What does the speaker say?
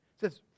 says